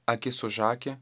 akis už akį